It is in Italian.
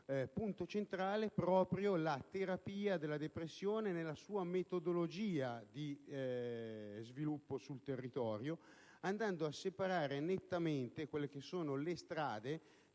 punto centrale proprio la terapia della depressione nella sua metodologia di sviluppo sul territorio, andando a separare nettamente le strade